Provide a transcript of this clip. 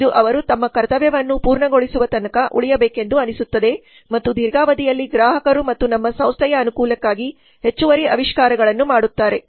ಇದು ಅವರು ತಮ್ಮ ಕರ್ತವ್ಯವನ್ನು ಪೂರ್ಣಗೊಳಿಸುವ ತನಕ ಉಳಿಯಬೇಕೆಂದು ಅನಿಸುತ್ತದೆ ಮತ್ತು ದೀರ್ಘಾವಧಿಯಲ್ಲಿ ಗ್ರಾಹಕರು ಮತ್ತು ನಮ್ಮ ಸಂಸ್ಥೆಯ ಅನುಕೂಲಕ್ಕಾಗಿ ಹೆಚ್ಚುವರಿ ಆವಿಷ್ಕಾರಗಳನ್ನು ಮಾಡುತ್ತಾರೆ